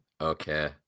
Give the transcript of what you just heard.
Okay